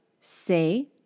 say